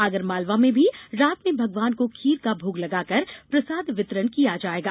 आगर मालवा में भी रात में भगवान को खीर को भोग लगाकर प्रसाद वितरण किया जायेगा